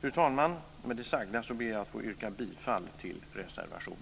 Fru talman! Med det sagda ber jag att få yrka bifall till reservationen.